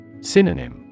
Synonym